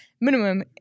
Minimum